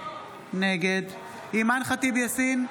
נגד אימאן ח'טיב יאסין,